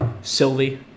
Sylvie